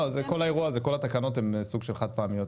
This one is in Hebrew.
לא זה כל האירוע הזה וכל התקנות הן סוג של חד פעמיות,